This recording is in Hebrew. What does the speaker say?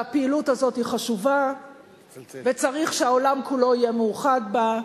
הפעילות הזאת היא חשובה וצריך שהעולם כולו יהיה מאוחד בה.